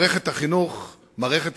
מערכת החינוך בישראל,